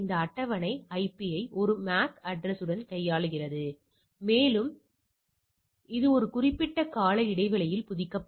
அட்டவணை இந்த ஐபியை ஒரு MAC அட்ரஸ் உடன் கையாளுகிறது மேலும் இது ஒரு குறிப்பிட்ட கால இடைவெளியில் புதுப்பிக்கப்படும்